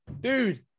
dude